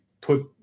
put